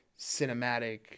cinematic